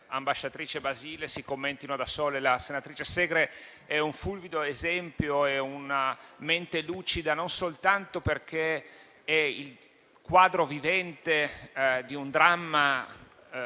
ambasciatrice Basile si commentino da sole. La senatrice Segre è un fulgido esempio, è una mente lucida non soltanto perché è il quadro vivente di un dramma